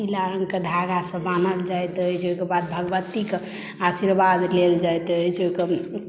पीला रंग के धागासँ बान्हल जाइत अछि ओहि के बाद भगवती के आशीर्वाद लेल जाइत अछि ओहि के